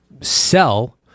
sell